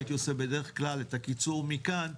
הייתי עושה בדרך כלל את הקיצור מכאן,